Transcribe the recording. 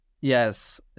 Yes